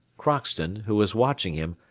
crockston, who was watching him,